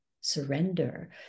surrender